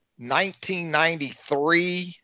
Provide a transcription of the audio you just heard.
1993